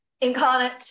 incarnate